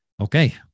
Okay